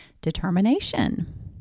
Determination